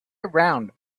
around